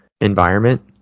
environment